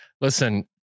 Listen